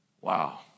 Wow